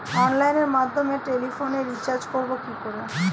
অনলাইনের মাধ্যমে টেলিফোনে রিচার্জ করব কি করে?